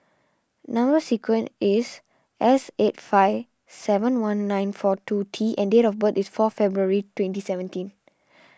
Number Sequence is S eight five seven one nine four two T and date of birth is four February twenty seventeen